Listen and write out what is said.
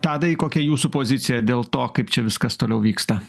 tadai kokia jūsų pozicija dėl to kaip čia viskas toliau vyksta